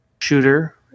shooter